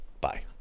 Bye